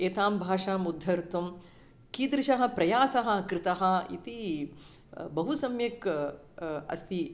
एतां भाषाम् उद्धर्तुं कीदृशः प्रयासः कृतः इति बहु सम्यक् अस्ति